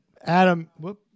Adam